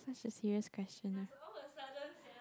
such a serious question right